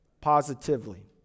positively